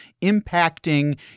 impacting